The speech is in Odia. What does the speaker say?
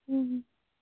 ହୁଁ ହୁଁ